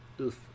Oof